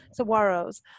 saguaros